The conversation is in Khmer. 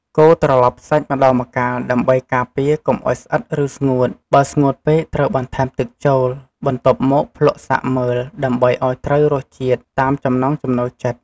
កូរត្រឡប់សាច់ម្តងម្កាលដើម្បីការពារកុំឱ្យស្អិតឬស្ងួត បើស្ងួតពេកត្រូវបន្ថែមទឹកចូល បន្ទាប់មកភ្លក្សសាកមើល ដើម្បីឲ្យត្រូវរសជាតិតាមចំណង់ចំណូលចិត្ត។